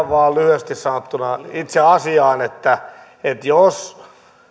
vain lyhyesti sanottuna itse asiaan jos